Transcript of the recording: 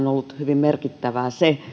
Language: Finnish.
hyvin merkittävää se